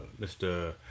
Mr